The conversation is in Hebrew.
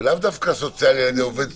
-- ולאו דווקא סוציאלי על ידי עובד סוציאלי,